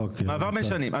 מעבר בין שנים.